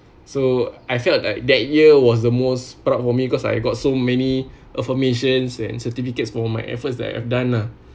so I felt like that year was the most proud for me cause I got so many affirmations and certificates for my efforts that I've done lah